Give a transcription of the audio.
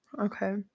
okay